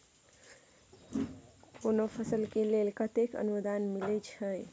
केना फसल के लेल केतेक अनुदान मिलै छै?